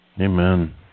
Amen